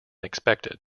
expected